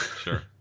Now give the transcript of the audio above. sure